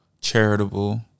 charitable